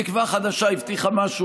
תקווה חדשה הבטיחה משהו,